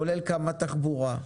כולל קמ"ט תחבורה.